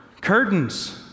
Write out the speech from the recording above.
Curtains